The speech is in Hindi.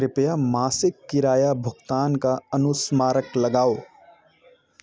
कृपया मासिक किराया भुगतान का अनुस्मारक लगाओ